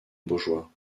baugeois